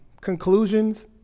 conclusions